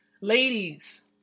Ladies